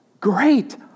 Great